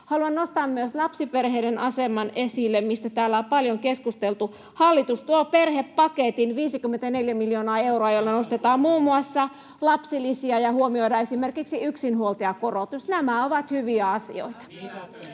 Haluan nostaa myös lapsiperheiden aseman esille, mistä täällä on paljon keskusteltu. Hallitus tuo perhepaketin, 54 miljoonaa euroa, jolla nostetaan muun muassa lapsilisiä ja huomioidaan esimerkiksi yksinhuoltajakorotus. Nämä ovat hyviä asioita. [Matias